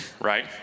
right